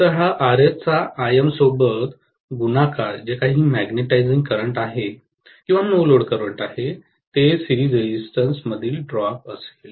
तर RS चा Im सोबत गुणाकार जे काही मॅग्नेटिझिंग करंट आहे किंवा नो लोड करंट आहे ते सिरीज रेजिस्टन्सं मधील ड्रॉप असेल